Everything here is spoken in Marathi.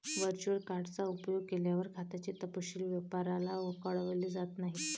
वर्चुअल कार्ड चा उपयोग केल्यावर, खात्याचे तपशील व्यापाऱ्याला कळवले जात नाहीत